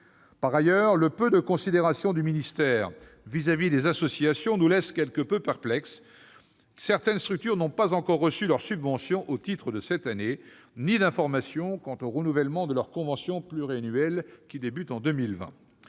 Par ailleurs, le peu de considération du ministère pour les associations nous laisse quelque peu perplexes : certaines structures n'ont pas encore reçu leur subvention au titre de 2019 ni d'informations quant au renouvellement de leur convention pluriannuelle débutant en 2020.